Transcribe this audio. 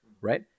right